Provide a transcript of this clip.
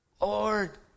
Lord